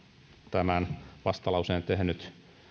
tämän vastalauseen tehnyt